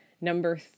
Number